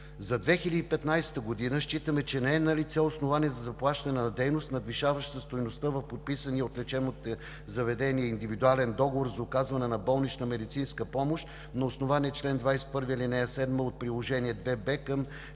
За 2015 г. считаме, че не е налице основание за заплащане на дейност, надвишаваща стойността в подписания от лечебните заведения индивидуален договор за оказване на болнична медицинска помощ, на основание чл. 21, ал. 7 от Приложение № 2б към